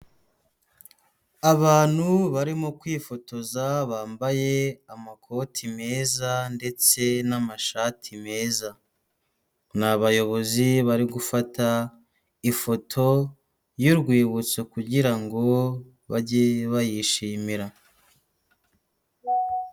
Abantu barimo kwifotoza bambaye amakoti meza ndetse n'amashati meza, ni abayobozi bari gufata ifoto y'urwibutso kugira ngo bajye bayishimira.